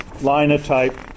Linotype